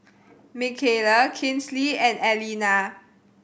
Mckayla Kinsley and Aleena